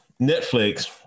Netflix